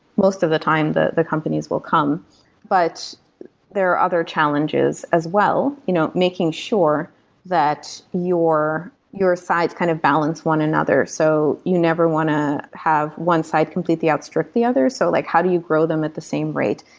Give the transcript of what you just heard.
most of the time that the companies will come but there are other challenges as well, you know making sure that your your side has kind of balanced one another. so you never want to have one side completely outstrip the other. so like how do you grow them at the same rate,